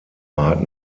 hat